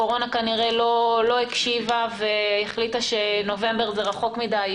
הקורונה כנראה לא הקשיבה והחליטה שנובמבר זה רחוק מדי,